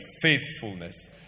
faithfulness